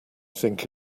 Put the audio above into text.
think